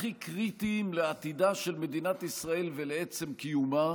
הכי קריטיים לעתידה של מדינת ישראל ולעצם קיומה,